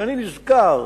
כשאני נזכר